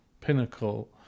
pinnacle